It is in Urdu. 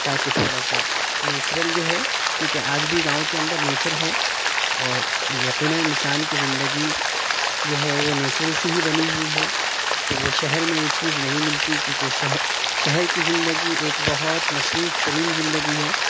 تاکہ تھوڑا سا نیچرل جو ہے کیونکہ آج بھی گاؤں کے اندر نیچر ہے اور یقیناً انسان کی زندگی جو ہے وہ نیچر سے ہی بنی ہوئی ہے تو وہ شہر میں یہ چیز نہیں ملتی کیونکہ شہر شہر کی زندگی ایک بہت مصروف ترین زندگی ہے